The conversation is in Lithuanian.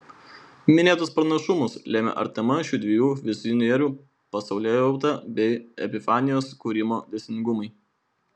minėtus panašumus lėmė artima šių dviejų vizionierių pasaulėjauta bei epifanijos kūrimo dėsningumai